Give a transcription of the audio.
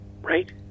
right